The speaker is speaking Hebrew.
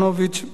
בבקשה.